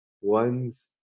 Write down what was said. ones